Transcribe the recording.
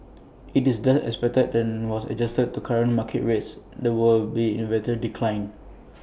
IT is thus expected then was adjusted to current market rates there will be in whether decline